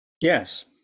Yes